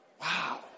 Wow